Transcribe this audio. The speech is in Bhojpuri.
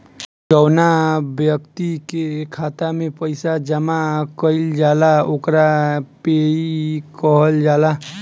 जौवना ब्यक्ति के खाता में पईसा जमा कईल जाला ओकरा पेयी कहल जाला